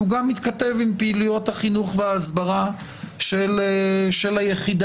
הוא גם מתכתב עם פעילויות החינוך וההסברה של היחידה,